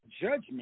judgment